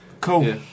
Cool